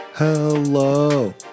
Hello